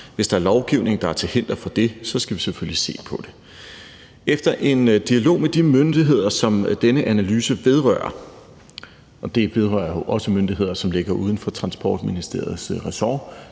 Hvis der er lovgivning, der er til hinder for det, skal vi selvfølgelig se på det. Efter en dialog med de myndigheder, som denne analyse vedrører – og det vedrører jo også myndigheder, som ligger uden for Transportministeriets ressort,